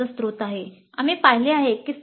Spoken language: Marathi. सेल्फ